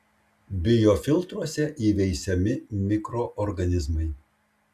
biofiltruose įveisiami mikroorganizmai